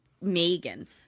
megan